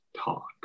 talk